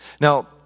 Now